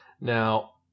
Now